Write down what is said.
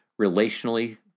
relationally